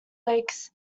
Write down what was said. lakes